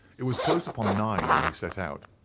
it was close upon nine when he set out.